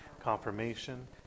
confirmation